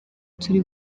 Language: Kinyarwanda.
turi